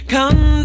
Come